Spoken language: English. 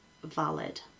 valid